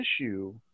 issue